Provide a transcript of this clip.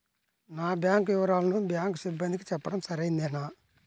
నా బ్యాంకు వివరాలను బ్యాంకు సిబ్బందికి చెప్పడం సరైందేనా?